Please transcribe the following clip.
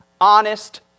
honest